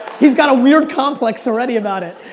he's got a weird complex already about it.